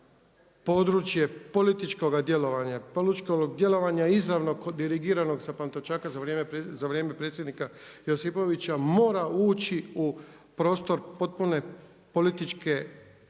političkog djelovanja izravno dirigiranog sa Pantovčaka za vrijeme predsjednika Josipovića mora ući u prostor potpune političke,